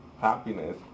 happiness